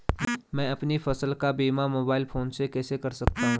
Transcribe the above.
मैं अपनी फसल का बीमा मोबाइल फोन से कैसे कर सकता हूँ?